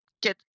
get